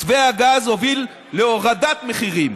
מתווה הגז הוביל להורדת מחירים.